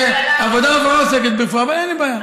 עבודה ורווחה עוסקת ברפואה, אבל אין לי בעיה.